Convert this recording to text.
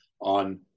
on